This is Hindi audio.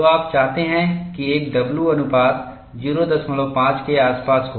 तो आप चाहते हैं कि एक w अनुपात 05 के आसपास हो